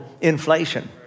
inflation